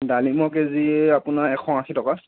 ডালিমৰ কেজি আপোনাৰ এশ আশী টকা